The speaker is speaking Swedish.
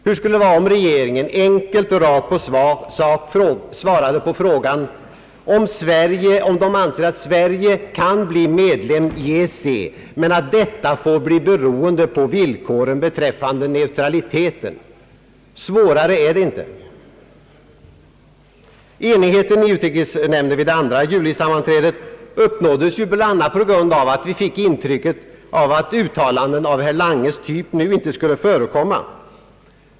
Hur skulle det vara om regeringen enkelt och rakt på sak svarade, att man anser att Sverige kan bli medlem i EEC men att detta får bli beroende på villkoren beträffande neutraliteten. Svårare är det inte. Enigheten i utrikesnämnden vid det andra julisammanträdet uppnåddes ju bl.a. på grund av att vi fick intrycket att uttalanden av herr Langes typ nu inte skulle förekomma.